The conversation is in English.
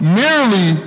merely